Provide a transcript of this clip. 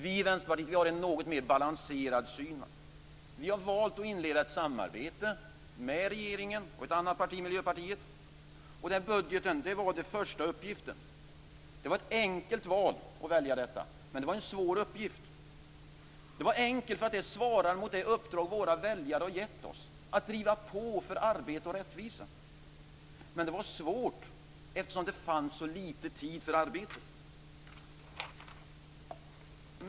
Vi i Vänsterpartiet har en något mer balanserad syn. Vi har valt att inleda ett samarbete med regeringen och med Miljöpartiet, och budgeten var vår första uppgift. Det var ett enkelt val, men det var en svår uppgift. Det var enkelt därför att det svarar mot det uppdrag som våra väljare har gett oss, nämligen att driva på för arbete och rättvisa. Men det var svårt eftersom det fanns så litet tid för arbetet.